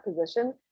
position